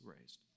raised